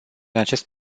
acest